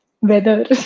weather